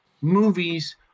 movies